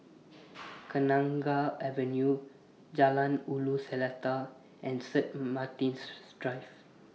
Kenanga Avenue Jalan Ulu Seletar and St Martin's Drive